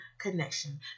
Connection